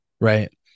Right